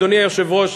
אדוני היושב-ראש,